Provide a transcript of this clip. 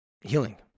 healing